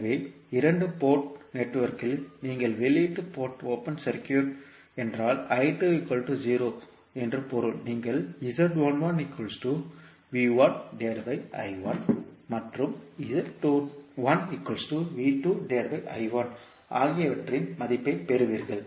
எனவே 2 போர்ட் நெட்வொர்க்கில் நீங்கள் வெளியீட்டு போர்ட் ஓபன் சர்க்யூட் என்றால் என்று பொருள் நீங்கள் மற்றும் ஆகியவற்றின் மதிப்பைப் பெறுவீர்கள்